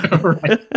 right